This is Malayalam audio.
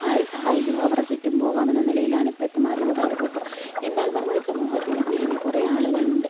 ആരു സഹായിക്കുമോ അവരുടെ ചുറ്റും പോകാമെന്ന നിലയിലാണ് ഇപ്പോഴത്തെ മാധ്യമങ്ങളുടെ പോക്ക് എന്നാല് നമ്മുടെ സമൂഹത്തില് ഇന്നി ഇനി കുറെ ആളുകളുണ്ട്